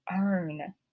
earn